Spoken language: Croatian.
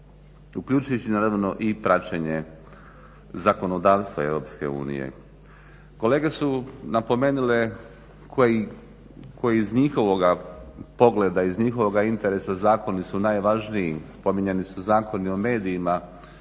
uključujući naravno i praćenje zakonodavstva EU. Kolege su napomenule koji iz njihovoga pogleda iz njihovog interesa zakoni su najvažniji, spominjani su zakoni o medijima.